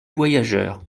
voyageur